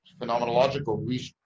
phenomenological